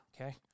Okay